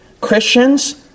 Christians